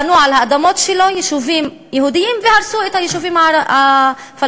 בנו על האדמות שלו יישובים יהודיים והרסו את היישובים הפלסטיניים.